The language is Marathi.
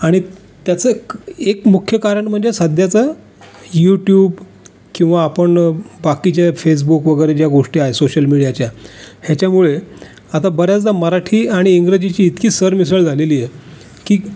आणि त्याचं क् एक मुख्य कारण म्हणजे सध्याचं यूट्यूब किंवा आपण बाकीचे फेसबुक वगैरे ज्या गोष्टी आहे सोशल मिडियाच्या ह्याच्यामुळे आता बऱ्याचदा मराठी आणि इंग्रजीची इतकी सरमिसळ झालेली आहे की